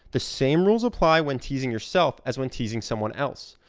the same rules apply when teasing yourself as when teasing someone else.